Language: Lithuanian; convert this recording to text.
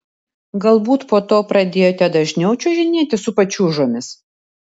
galbūt po to pradėjote dažniau čiuožinėti su pačiūžomis